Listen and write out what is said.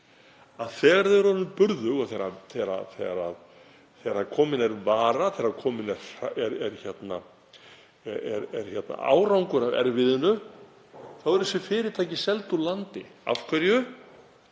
að þegar þau eru orðin burðug og þegar vara er orðin til, kominn er árangur af erfiðinu, eru þessi fyrirtæki seld úr landi. Af hverju?